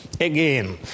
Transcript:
Again